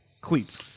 Cleats